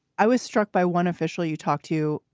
i was struck by one official you talked to,